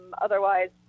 otherwise